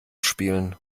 spielen